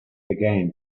again